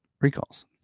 Recalls